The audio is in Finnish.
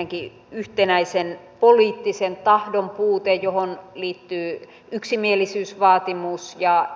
ensinnäkin yhtenäisen poliittisen tahdon puute johon liittyy yksimielisyysvaatimus ja